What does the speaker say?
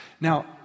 Now